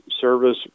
service